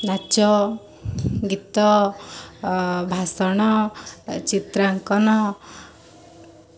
ନାଚ ଗୀତ ଭାଷଣ ଚିତ୍ରାଙ୍କନ